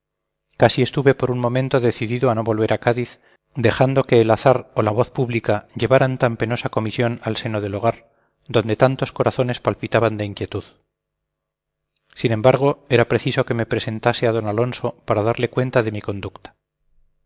casi estuve por un momento decidido a no volver a cádiz dejando que el azar o la voz pública llevaran tan penosa comisión al seno del hogar donde tantos corazones palpitaban de inquietud sin embargo era preciso que me presentase a d alonso para darle cuenta de mi conducta